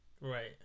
Right